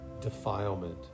defilement